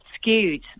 skewed